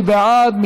מי בעד?